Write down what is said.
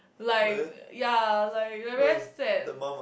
like ya like like very sad